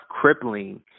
crippling